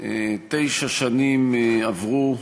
תשע שנים עברו,